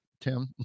Tim